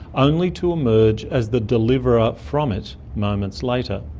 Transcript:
only to emerge as the deliverer from it moments later.